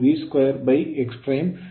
5 V2x2 ಇದು ಸಮೀಕರಣ 37